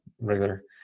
regular